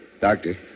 Doctor